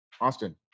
Austin